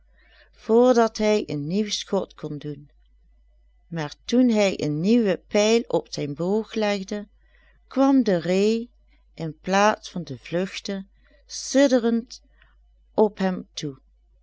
dat hij een nieuw schot kon doen maar toen hij een nieuwen pijl op zijn boog legde kwam de ree in plaats van te vlugten sidderend op hem toe